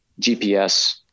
GPS